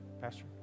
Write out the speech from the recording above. Pastor